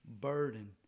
burden